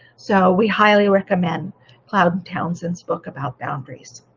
so we highly recommend cloud and townsend's book about boundaries.